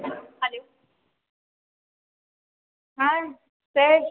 hello hi তেজ